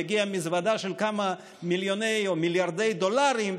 והגיעה מזוודה של כמה מיליוני או מיליארדי דולרים,